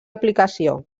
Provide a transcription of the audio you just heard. aplicació